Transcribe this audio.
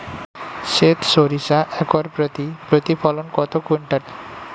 সেত সরিষা একর প্রতি প্রতিফলন কত কুইন্টাল?